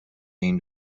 این